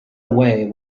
away